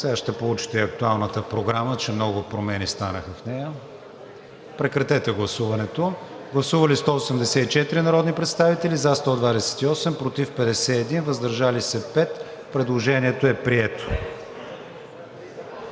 Сега ще получите и актуалната програма, че много промени станаха в нея. Гласували 184 народни представители: за 128, против 51, въздържали се 5. Предложението е прието.